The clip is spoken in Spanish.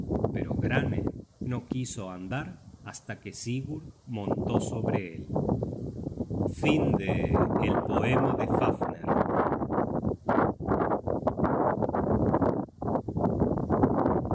pero granne no quiso andar hasta que sigurd montó sobre él